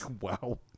Wow